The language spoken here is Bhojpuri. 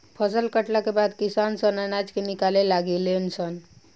फसल कटला के बाद किसान सन अनाज के निकाले लागे ले सन